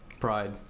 Pride